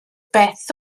beth